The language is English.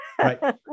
Right